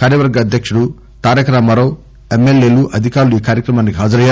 కార్యవర్గ అధ్యకుడు తారక రామారావు ఎమ్మెల్యేలు అధికారులు ఈ కార్యక్రమానికి హాజరయ్యారు